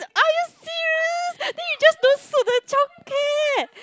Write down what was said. are you serious then you just don't suit the childcare